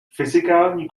fyzikální